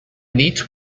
neat